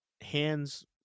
hands